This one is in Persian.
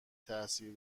تاثیر